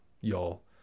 y'all